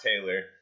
taylor